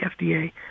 FDA